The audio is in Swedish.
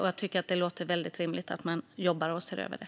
Jag tycker att det låter väldigt rimligt att man jobbar med och ser över det.